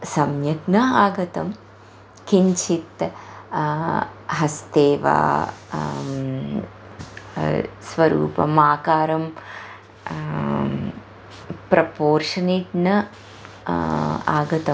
सम्यक् न आगतं किञ्चित् हस्ते वा स्वरूपम् आकारं प्रपोशनेट् न आगतम्